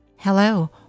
Hello